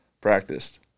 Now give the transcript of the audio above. practiced